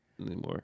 Anymore